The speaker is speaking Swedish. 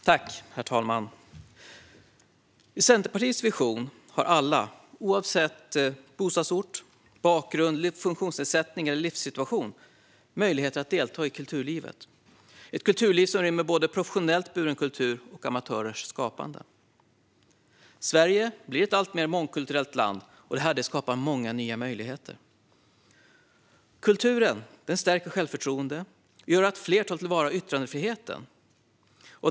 Herr talman! I Centerpartiets vision har alla, oavsett bostadsort, bakgrund, funktionsnedsättning eller livssituation, möjligheter att delta i kulturlivet. Det är ett kulturliv som rymmer både professionellt buren kultur och amatörers skapande. Sverige blir ett alltmer mångkulturellt land, och det skapar många nya möjligheter. Kulturen stärker självförtroendet och gör att fler tar till vara yttrandefriheten.